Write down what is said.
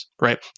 right